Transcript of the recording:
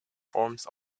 forms